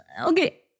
Okay